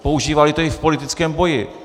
Používali to i v politickém boji.